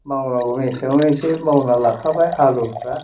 मावनांगौ मेसेङाव एसे मावना लाखाबाय आलुफ्रा